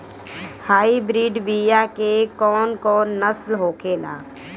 Hybrid बीया के कौन कौन नस्ल होखेला?